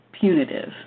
punitive